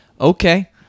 okay